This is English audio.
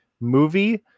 movie